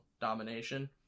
domination